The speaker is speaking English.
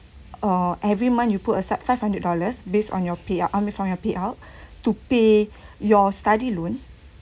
uh every month you put aside five hundred dollars based on your payout only from your payout to pay your study loan